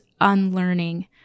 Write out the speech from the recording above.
unlearning